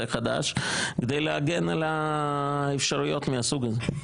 חדש כדי להגן על אפשרויות מהסוג הזה.